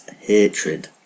hatred